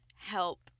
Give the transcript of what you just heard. help